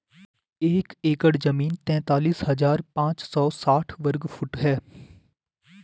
एक एकड़ जमीन तैंतालीस हजार पांच सौ साठ वर्ग फुट है